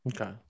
Okay